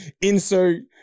insert